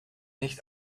nicht